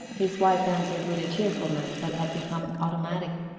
his wife answered with a cheerfulness that had become automatic.